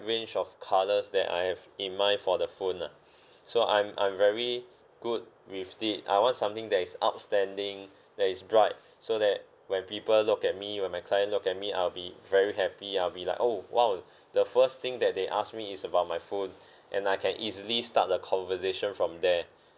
range of colours that I have in mind for the phone lah so I'm I'm very good with it I want something that is outstanding that is bright so that when people look at me when my client look at me I'll be very happy I'll be like oh !wow! the first thing that they ask me is about my phone and I can easily start the conversation from there